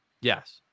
Yes